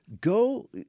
go